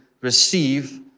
receive